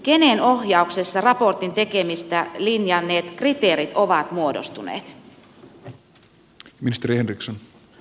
kenen ohjauksessa raportin tekemistä linjanneet kriteerit ovat muodostuneet